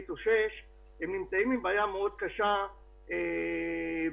אני יושב-ראש איגוד תעשיות המזון.